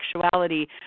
sexuality